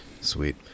Sweet